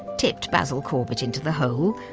tipped basil corbett into the hole,